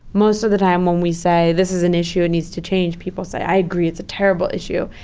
most of the time when we say this is an issue, it needs to change. people say, i agree it's a terrible issue.